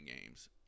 games